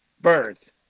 birth